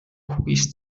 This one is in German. cookies